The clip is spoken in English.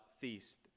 feast